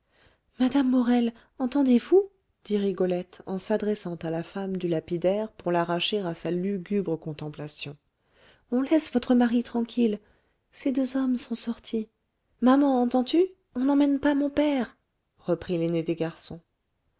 madame morel entendez-vous dit rigolette en s'adressant à la femme du lapidaire pour l'arracher à sa lugubre contemplation on laisse votre mari tranquille ces deux hommes sont sortis maman entends-tu on n'emmène pas mon père reprit l'aîné des garçons